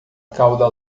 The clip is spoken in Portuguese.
cauda